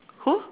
who